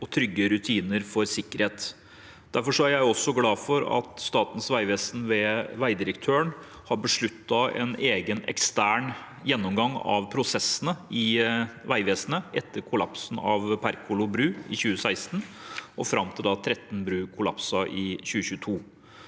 og trygge rutiner for sikkerhet. Derfor er jeg også glad for at Statens vegvesen ved vegdirektøren har besluttet en egen ekstern gjennomgang av prosessene i Vegvesenet etter kollapsen av Perkolo bru i 2016 og fram til Tretten bru kollapset i 2022.